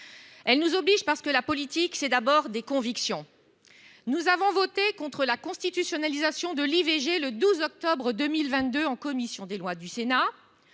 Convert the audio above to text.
Elle nous oblige parce que la politique, c'est d'abord des convictions. Nous avons voté contre la constitutionnalisation de l'IVG le 12 octobre 2022 en commission des lois du Sénat.